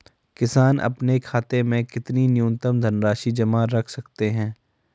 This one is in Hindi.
किसान अपने खाते में कितनी न्यूनतम धनराशि जमा रख सकते हैं?